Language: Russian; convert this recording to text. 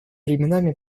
временами